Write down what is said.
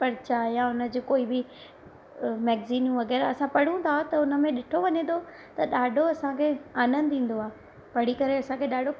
परचा या हुन जी कोई बि मैगज़ीनूं वग़ैरह असां पढ़ूं था त हुन में ॾिठो वञे थो त ॾाढो असांखे आनंदु ईंदो आहे पढ़ी करे असांखे ॾाढो